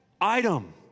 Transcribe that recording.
item